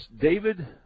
David